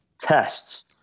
tests